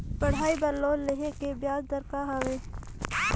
पढ़ाई बर लोन लेहे के ब्याज दर का हवे?